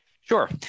Sure